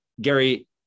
Gary